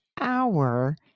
hour